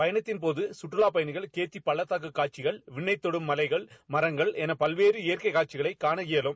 பயனத்தின் போது கற்றலாப் பயனிகள் இயற்கை பள்ளத்தக்க காட்சிகள் விண்ணைத்தொடும் மலைகள் மரங்கள் என பல்வேறு வகை இயற்கை காட்சிகளை காண இயலும்